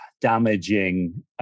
damaging